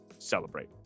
celebrate